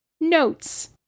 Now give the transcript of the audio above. notes